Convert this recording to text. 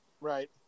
Right